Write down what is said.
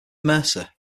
mercer